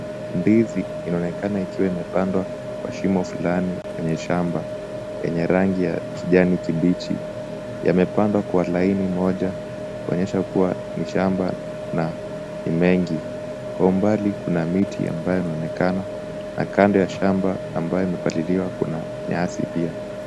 Ndizi inaonekana kuwa imepandwa kwa shimo fulani kwenye shamba yenye rangi ya kijani kibichi. Yamepandwa kwa laini moja kuonyesha kuwa ni shamba na ni mengi. Kwa umbali kuna miti ambayo yanaonekana na kando ya shamba ambayo imepaliliwa kuna nyasi pia.